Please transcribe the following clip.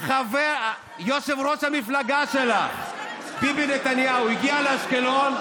יושב-ראש המפלגה שלך ביבי נתניהו הגיע לאשקלון,